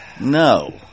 no